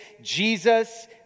Jesus